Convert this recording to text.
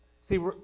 See